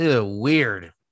Weird